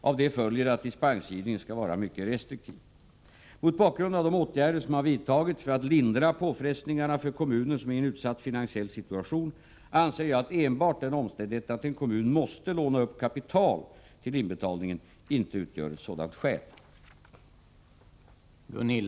Härav följer att dispensgivningen skall vara mycket restriktiv. Mot bakgrund av de åtgärder som vidtagits för att lindra påfrestningarna för kommuner som är i en utsatt finansiell situation anser jag att enbart den omständigheten att en kommun måste låna upp kapital till inbetalningen inte utgör ett sådant skäl.